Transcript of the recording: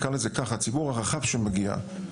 הציבור הרחב שמגיע,